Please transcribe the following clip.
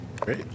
Great